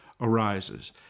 arises